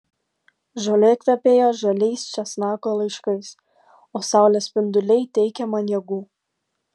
žolė kvepėjo žaliais česnako laiškais o saulės spinduliai teikė man jėgų